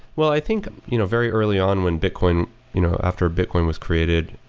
well, i think you know very early on when bitcoin you know after bitcoin was created,